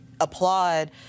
applaud